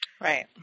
right